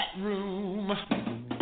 room